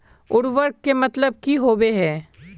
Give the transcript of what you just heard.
उर्वरक के मतलब की होबे है?